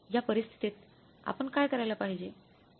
या परिस्थितीत आपण काय करायला पाहिजे